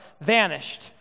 vanished